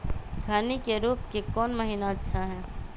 खैनी के रोप के कौन महीना अच्छा है?